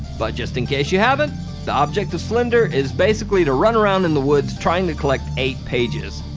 but just in case you haven't the object of slender is basically to run around in the woods trying to collect eight pages.